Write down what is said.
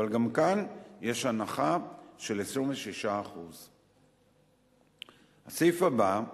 אבל גם כאן יש הנחה של 26%. הסעיף הבא,